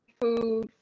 food